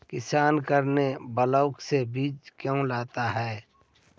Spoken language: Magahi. किसान करने ब्लाक से बीज क्यों लाता है?